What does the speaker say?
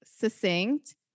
succinct